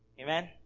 Amen